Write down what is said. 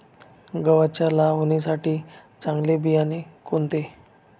गव्हाच्या लावणीसाठी चांगले बियाणे कोणते?